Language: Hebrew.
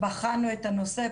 בחנו את הנושא,